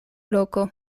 loko